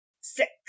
Six